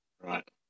Right